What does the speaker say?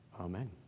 Amen